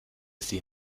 sie